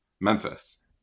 memphis